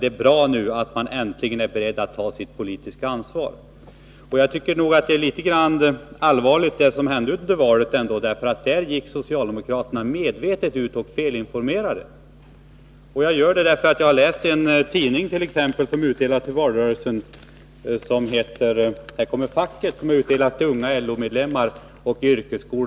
Det är bra att man nu äntligen är beredd att ta sitt politiska ansvar. Jag tycker att det som hände under valrörelsen ändå är litet allvarligt. Då gick socialdemokraterna medvetet ut och felinformerade. Jag säger detta därför att jag har läst en tidning som heter Här kommer facket, som under valrörelsen utdelades till unga LO-medlemmar och i yrkesskolorna.